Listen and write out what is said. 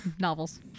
novels